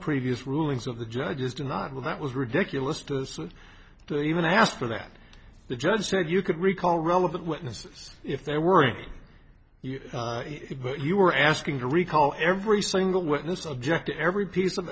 previous rulings of the judges do not will that was ridiculous to us to even ask for that the judge said you could recall relevant witnesses if they weren't but you were asking to recall every single witness object to every piece of